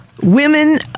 women